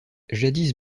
jadis